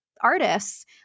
artists